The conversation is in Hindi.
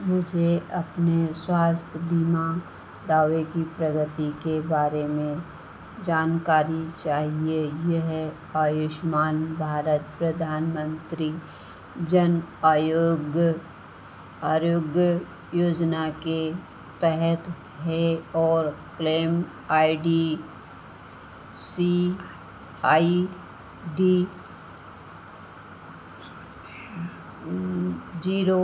मुझे अपने स्वास्थ्य बीमा दावे की प्रगति के बारे में जानकारी चाहिए यह आयुष्मान भारत प्रधानमन्त्री जन आयोग्य आरोग्य योजना के तहत है और claim I D C I D zero